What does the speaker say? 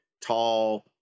tall